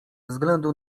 względu